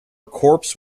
corpse